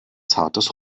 zartes